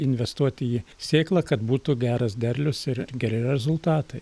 investuoti į sėklą kad būtų geras derlius ir geri rezultatai